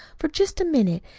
for just a minute,